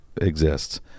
exists